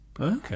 okay